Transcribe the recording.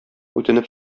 үтенеп